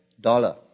dollar